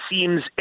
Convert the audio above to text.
seems